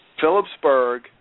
Phillipsburg